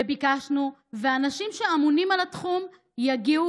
וביקשנו שאנשים שאמונים על התחום יגיעו,